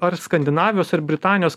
ar skandinavijos ar britanijos